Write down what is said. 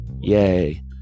yay